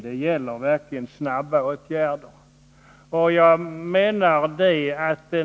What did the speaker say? Det gäller verkligen att få till stånd snara åtgärder.